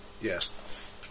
Yes